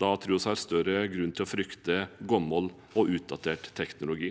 Da tror jeg vi har større grunn til å frykte gammel og utdatert teknologi.